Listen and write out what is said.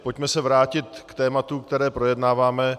Pojďme se vrátit k tématu, které projednáváme.